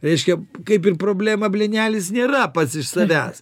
reiškia kaip ir problema blynelis nėra pats iš savęs